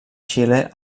xile